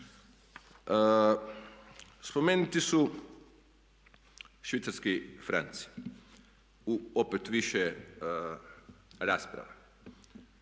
Spomenuti su švicarski franci u opet više rasprava.